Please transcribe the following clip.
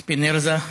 ספינרזה.